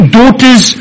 daughters